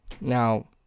Now